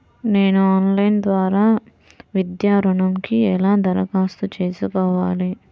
నేను ఆన్లైన్ ద్వారా విద్యా ఋణంకి ఎలా దరఖాస్తు చేసుకోవాలి?